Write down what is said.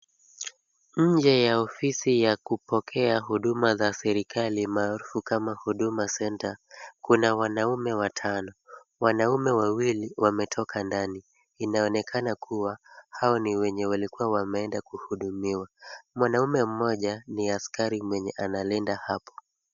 Nje ya ofisi ya kupokea huduma za serekali maarufu kama huduma centre kuna wanaume watano. Wanaume wawili wametoka ndani. Inaonekana kuwa hao ni wenye walikuwa wameenda kuhudumiwa. Mwanaume mmoja ni askari mwenye analinda hapo.